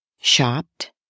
shopped